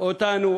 אותנו